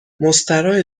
مستراحه